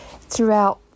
throughout